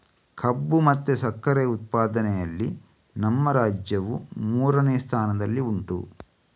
ಕಬ್ಬು ಮತ್ತೆ ಸಕ್ಕರೆ ಉತ್ಪಾದನೆಯಲ್ಲಿ ನಮ್ಮ ರಾಜ್ಯವು ಮೂರನೇ ಸ್ಥಾನದಲ್ಲಿ ಉಂಟು